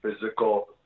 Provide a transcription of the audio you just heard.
physical